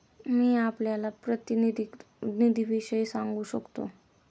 मी आपल्याला प्रातिनिधिक निधीविषयी सांगू शकतो